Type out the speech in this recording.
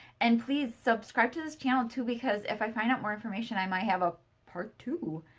and please subscribe to this channel too because, if i find out more information, i might have a part two.